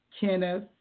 Kenneth